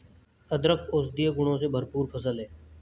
अदरक औषधीय गुणों से भरपूर फसल है